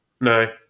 no